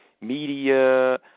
media